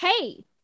hey